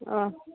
ଅଃ